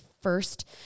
first